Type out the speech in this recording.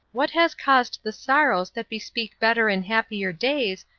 what has caused the sorrows that bespeak better and happier days,